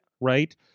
Right